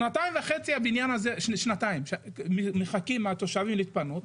שנתיים מחכים התושבים להתפנות,